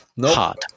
hard